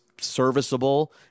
serviceable